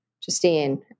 Justine